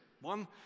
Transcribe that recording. One